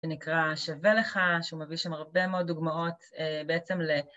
שנקרא שווה לך, שהוא מביא שם הרבה מאוד דוגמאות בעצם ל...